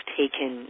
taken